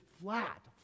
flat